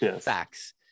Facts